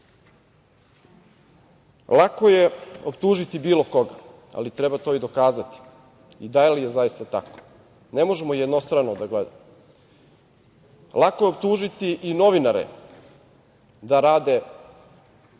Lako je optužiti bilo koga, ali treba to i dokazati i da li je zaista tako. Ne možemo jednostrano da gledamo. Lako je optužiti i novinare da rade